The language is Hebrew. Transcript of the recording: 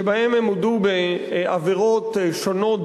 שבהם הם הודו בעבירות שונות,